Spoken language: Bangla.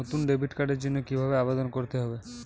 নতুন ডেবিট কার্ডের জন্য কীভাবে আবেদন করতে হবে?